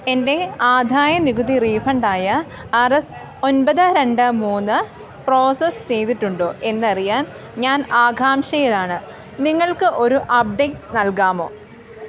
എൻ്റെ ആദായനികുതി റീഫണ്ട് ആയ ആർ എസ് ഒൻപത് രണ്ട് മൂന്ന് പ്രോസസ്സ് ചെയ്തിട്ടുണ്ടോ എന്നറിയാൻ ഞാൻ ആകാംക്ഷയിലാണ് നിങ്ങൾക്ക് ഒരു അപ്ഡേറ്റ് നൽകാമോ